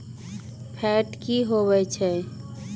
Fat की होवछै?